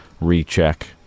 recheck